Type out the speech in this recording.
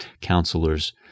counselors